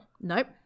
Nope